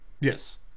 yes